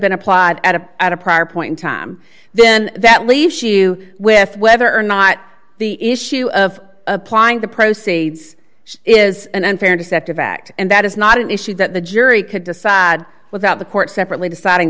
been applied at a at a prior point time then that leaves you with whether or not the issue of applying the proceeds is an unfair deceptive act and that is not an issue that the jury could decide without the court separately deciding